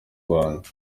rwanda